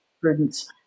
prudence